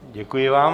Děkuji vám.